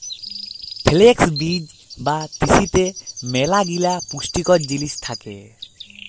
flakes বীজ বা তিসিতে ম্যালাগিলা পুষ্টিকর জিলিস থ্যাকে